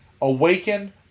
Awaken